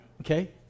okay